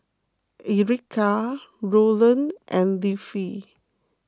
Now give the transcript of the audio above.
Erica Rowland and Leafy